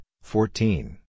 fourteen